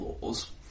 laws